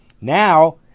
Now